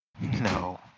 No